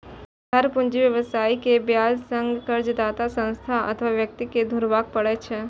उधार पूंजी व्यवसायी कें ब्याज संग कर्जदाता संस्था अथवा व्यक्ति कें घुरबय पड़ै छै